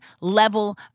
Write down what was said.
level